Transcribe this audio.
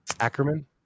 ackerman